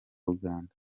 uganda